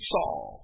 Saul